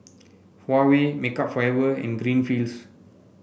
Huawei Makeup Forever and Greenfields